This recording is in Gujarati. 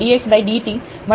તેથી x એ cos t હતો